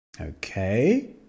okay